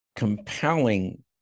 compelling